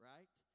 Right